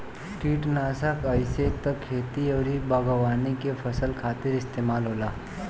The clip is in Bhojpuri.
किटनासक आइसे त खेती अउरी बागवानी के फसल खातिर इस्तेमाल होला